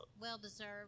well-deserved